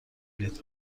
دید